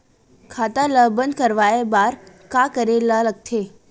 खाता ला बंद करवाय बार का करे ला लगथे?